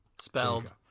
spelled